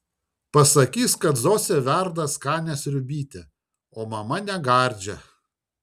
pasakys kad zosė verda skanią sriubytę o mama negardžią